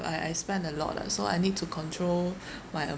I I spend a lot lah so I need to control my uh